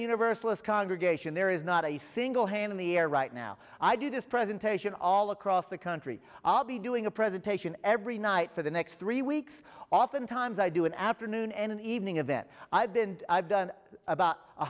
universalist congregation there is not a single hand in the air right now i do this presentation all across the country i'll be doing a presentation every night for the next three weeks oftentimes i do an afternoon and evening event i've been i've done about